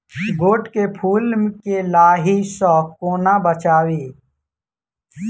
गोट केँ फुल केँ लाही सऽ कोना बचाबी?